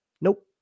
Nope